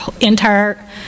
entire